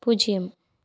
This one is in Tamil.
பூஜ்ஜியம்